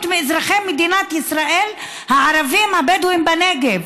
מאזרחי מדינת ישראל הערבים הבדואים בנגב,